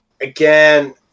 again